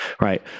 right